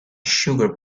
sugar